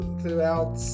throughout